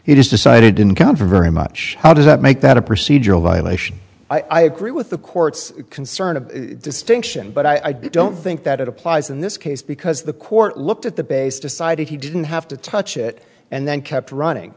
he just decided it didn't come from very much how does that make that a procedural violation i agree with the court's concern of distinction but i don't think that it applies in this case because the court looked at the base decided he didn't have to touch it and then kept running